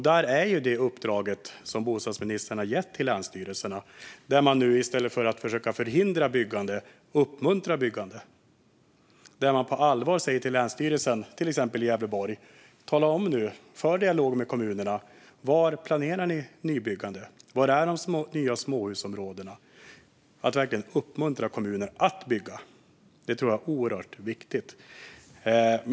Där har vi det uppdrag som bostadsministern har gett till länsstyrelserna, nämligen att de i stället för att försöka förhindra byggande ska uppmuntra byggande. Man säger på allvar till länsstyrelserna, till exempel den i Gävleborg, att de ska föra en dialog med kommunerna om var det planeras nybyggande. Man säger: Tala nu om var de nya småhusområdena planeras! Att verkligen uppmuntra kommuner att bygga tror jag är oerhört viktigt.